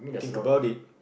think about it